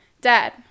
Dad